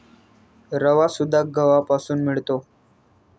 रवासुद्धा गव्हापासून मिळतो